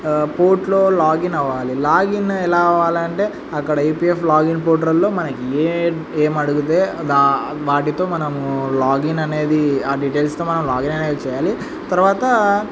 పోర్ట్లో login అవ్వాలి login ఎలా అవ్వాలి అంటే అక్కడ ఈపీఎఫ్ లాగిన్ పోర్టల్లో మనకి ఏ ఏం అడిగితే దా వాటితో మనము లాగిన్ అనేది ఆ డీటెయిల్స్తో మనం లాగిన్ అనేవి చేయాలి తరువాత